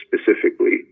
specifically